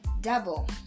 Double